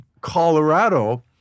Colorado